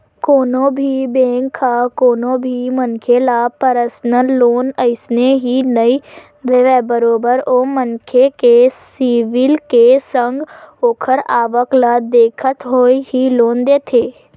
कोनो भी बेंक ह कोनो भी मनखे ल परसनल लोन अइसने ही नइ देवय बरोबर ओ मनखे के सिविल के संग ओखर आवक ल देखत होय ही लोन देथे